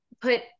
put